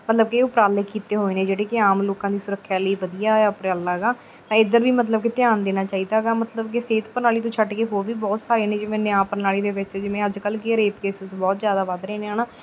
ਮਤਲਬ ਕਿ ਉਪਰਾਲੇ ਕੀਤੇ ਹੋਏ ਨੇ ਜਿਹੜੇ ਕਿ ਆਮ ਲੋਕਾਂ ਦੀ ਸੁਰੱਖਿਆ ਲਈ ਵਧੀਆ ਉਪਰਾਲਾ ਹੈਗਾ ਤਾਂ ਇੱਧਰ ਵੀ ਮਤਲਬ ਕਿ ਧਿਆਨ ਦੇਣਾ ਚਾਹੀਦਾ ਹੈਗਾ ਮਤਲਬ ਕਿ ਸਿਹਤ ਪ੍ਰਣਾਲੀ ਤੋਂ ਛੱਡ ਕੇ ਹੋਰ ਵੀ ਬਹੁਤ ਸਾਰੇ ਨੇ ਜਿਵੇਂ ਨਿਆਂ ਪ੍ਰਣਾਲੀ ਦੇ ਵਿੱਚ ਜਿਵੇਂ ਅੱਜ ਕੱਲ੍ਹ ਕੀ ਹੈ ਰੇਪ ਕੇਸਿਸ ਬਹੁਤ ਜ਼ਿਆਦਾ ਵੱਧ ਰਹੇ ਨੇ ਹੈ ਨਾ